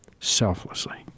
selflessly